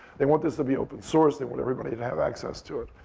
they want this to be open source. they want everybody to have access to it.